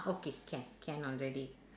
okay can can already